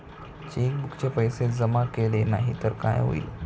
चेकबुकचे पैसे जमा केले नाही तर काय होईल?